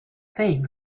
thing